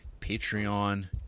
Patreon